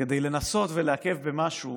כדי לנסות לעכב במשהו